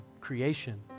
creation